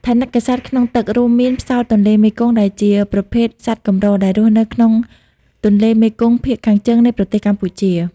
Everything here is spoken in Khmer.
ថនិកសត្វក្នុងទឹក រួមមាន ផ្សោតទន្លេមេគង្គ ដែលជាប្រភេទសត្វកម្រដែលរស់នៅក្នុងទន្លេមេគង្គភាគខាងជើងនៃប្រទេសកម្ពុជា។